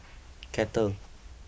kettle